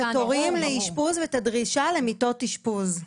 התורים לאשפוז ואת הדרישה למיטות אשפוז.